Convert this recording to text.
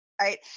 Right